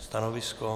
Stanovisko?